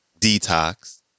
Detox